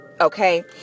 okay